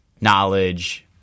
knowledge